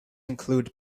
include